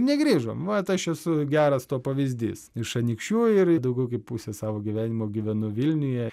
negrįžom vat aš esu geras to pavyzdys iš anykščių ir daugiau kaip pusę savo gyvenimo gyvenu vilniuje